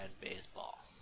baseball